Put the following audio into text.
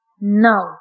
No